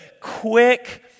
quick